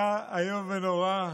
היה איום ונורא.